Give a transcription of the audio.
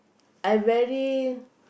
I very